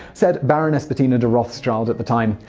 said baroness bettina der rothschild at the time,